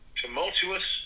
tumultuous